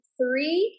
three